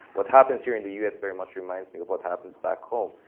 what happens here in the us very much reminds me of what happens back home.